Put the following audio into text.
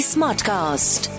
Smartcast